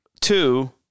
Two